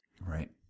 right